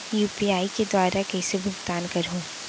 UPI के दुवारा कइसे भुगतान करहों?